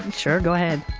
um sure. go ahead.